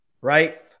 right